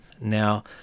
Now